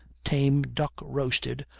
tame duck roasted,